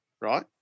right